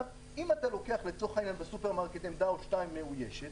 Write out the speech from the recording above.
אם אתה שם בסופרמקט עמדה אחת מאוישת,